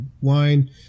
wine